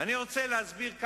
אני רוצה להסביר.